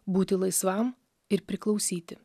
būti laisvam ir priklausyti